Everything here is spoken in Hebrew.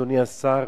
אדוני השר: